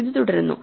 ഇത് തുടരുന്നു